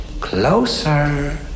Closer